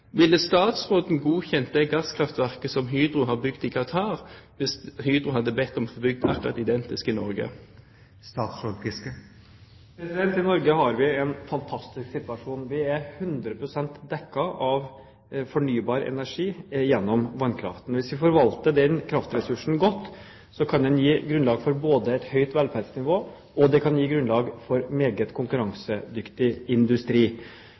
Ville statsråden godkjent det gasskraftverket som Hydro har bygd i Qatar, hvis Hydro hadde bedt om å få bygge et identisk et i Norge? I Norge har vi en fantastisk situasjon, vi er hundre prosent dekket av fornybar energi gjennom vannkraften. Hvis vi forvalter den kraftressursen godt, kan den gi grunnlag for både et høyt velferdsnivå og